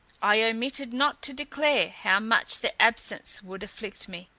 i omitted not to declare how much their absence would afflict me.